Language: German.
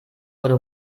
wurde